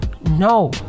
No